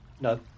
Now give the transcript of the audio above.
No